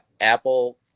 apple